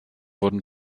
wurden